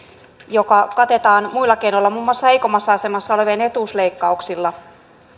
joka katetaan muilla keinoilla muun muassa heikommassa asemassa olevien etuusleikkauksilla